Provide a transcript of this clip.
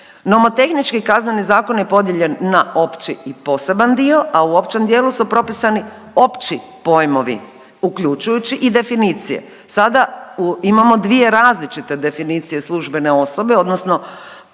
Nomotehnički je Kazneni zakon je podijeljen na opći i poseban dio, a u općem dijelu su propisani opći pojmovi, uključujući i definicije. Sada imamo dvije različite definicije službene osobe, odnosno nema